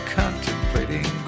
contemplating